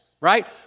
right